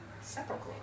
separately